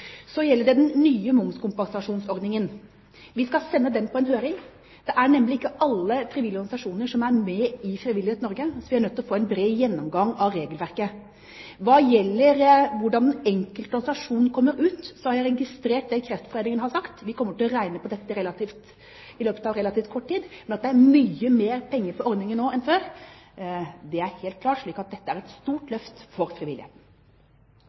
så gjelder det den nye momskompensasjonsordningen, skal den sendes på høring. Det er nemlig ikke alle frivillige organisasjoner som er med i Frivillighet Norge, så vi er nødt til å få en bred gjennomgang av regelverket. Hva gjelder hvordan den enkelte organisasjon kommer ut, har jeg registrert det Kreftforeningen har sagt. Vi kommer til å regne på dette i løpet av relativt kort tid. Men at det er mye mer penger i ordningen nå enn før, er helt klart, så dette er et stort løft for frivilligheten.